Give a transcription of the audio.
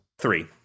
Three